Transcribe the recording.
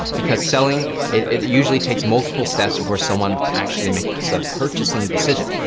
because selling, it usually takes multiple steps before someone actually makes some purchasing decision.